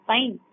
Fine